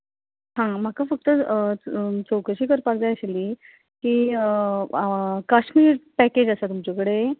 हां म्हाका फक्त चवकशी करपाक जाय आशिल्ली की कश्मीर पॅकेज आसा तुमचे कडेन